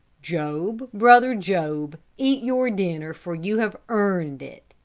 job, brother job, eat your dinner, for you have earned it.